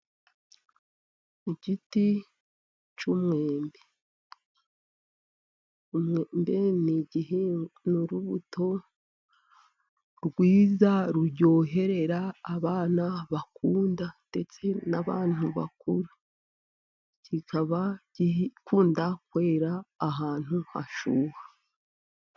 Igiti cy'umwembe, umwembe ni urubuto rwiza ruryohera, abana bakunda ndetse n'abantu bakuru. Kikaba gikunda kwera ahantu hashyuha.